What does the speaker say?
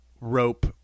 rope